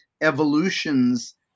evolutions